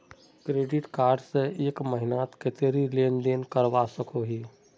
Credit card से एक महीनात कतेरी लेन देन करवा सकोहो ही?